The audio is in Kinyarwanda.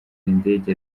indege